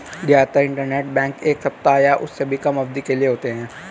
जादातर इन्टरबैंक ऋण एक सप्ताह या उससे भी कम अवधि के लिए होते हैं